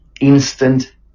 instant